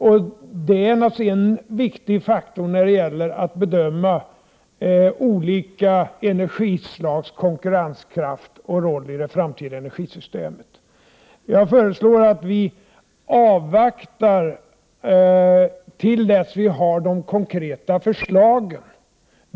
Det är naturligtvis en viktig faktor vid bedömningen av olika energislags konkurrenskraft och roll i det framtida energisystemet. Jag föreslår att vi avvaktar till dess vi har de konkreta förslagen.